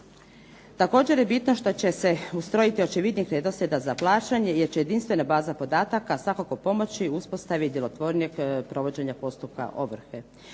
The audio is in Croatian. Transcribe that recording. Također je bitno što će se ustrojiti očevidnik redoslijeda za plaćanje, jer će jedinstvena baza podataka svakako pomoći u uspostavi djelotvornijeg provođenja postupka ovrhe.